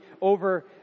over